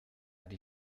die